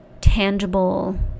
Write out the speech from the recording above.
tangible